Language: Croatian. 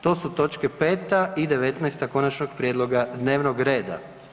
To su točke 5. i 19. konačnog prijedloga dnevnog reda.